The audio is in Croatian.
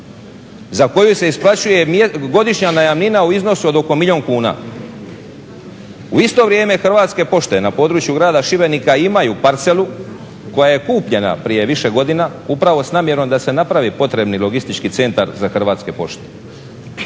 za koju se isplaćuje godišnja najamnina u iznosu od oko milijun kuna. U isto vrijeme Hrvatske pošte na području grada Šibenika imaju parcelu koja je kupljena prije više godina upravo s namjerom da se napravi potrebni logistički centar za Hrvatske pošte.